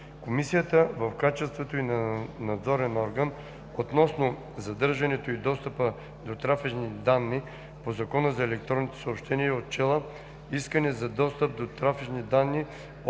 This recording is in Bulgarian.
Комисията, в качеството й на надзорен орган, относно задържането и достъпа до трафични данни по Закона за електронните съобщения е отчела искане за достъп до трафични данни